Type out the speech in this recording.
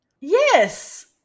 Yes